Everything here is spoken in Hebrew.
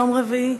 יום רביעי,